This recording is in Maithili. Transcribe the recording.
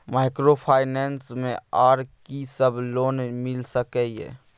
माइक्रोफाइनेंस मे आर की सब लोन मिल सके ये?